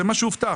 זה מה שהובטח.